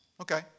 Okay